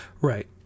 Right